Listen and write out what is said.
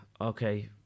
okay